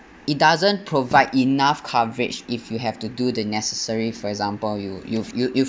it doesn't provide enough coverage if you have to do the necessary for example you you you you've